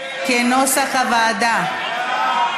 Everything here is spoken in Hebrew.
כנוסח הוועדה.